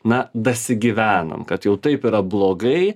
na dasigyvenom kad jau taip yra blogai